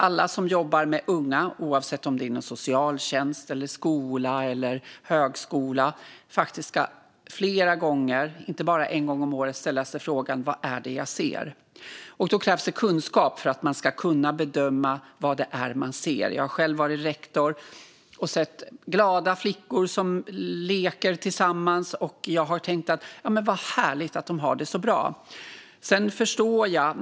Alla som jobbar med unga, oavsett om det är inom socialtjänsten, skolan eller högskolan, ska flera gånger och inte bara en gång om året ställa sig frågan vad det är man ser, och för att kunna bedöma vad det är man ser krävs kunskap. Jag har själv varit rektor och sett glada flickor som leker tillsammans, och jag har tänkt att vad härligt att de har det så bra.